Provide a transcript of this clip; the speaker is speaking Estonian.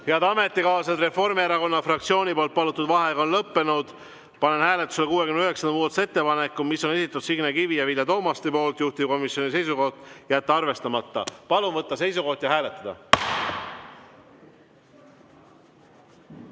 Head ametikaaslased, Reformierakonna fraktsiooni palutud vaheaeg on lõppenud. Panen hääletusele 69. muudatusettepaneku, mille on esitanud Signe Kivi ja Vilja Toomast. Juhtivkomisjoni seisukoht on jätta see arvestamata. Palun võtta seisukoht ja hääletada!